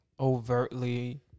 overtly